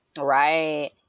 Right